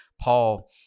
Paul